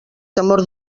temor